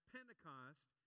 Pentecost